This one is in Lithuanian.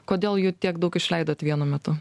kodėl jų tiek daug išleidot vienu metu